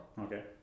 Okay